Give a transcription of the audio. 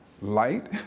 Light